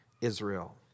Israel